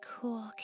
cool